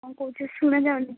କ'ଣ କହୁଛ ଶୁଣା ଯାଉନି